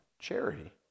Charity